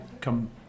come